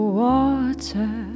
water